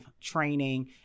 training